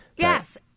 Yes